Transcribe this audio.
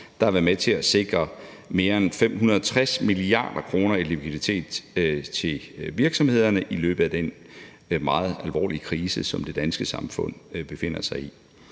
der har været med til at sikre mere end 560 mia. kr. i likviditet til virksomhederne i løbet af den meget alvorlige krise, som det danske samfund befinder sig i.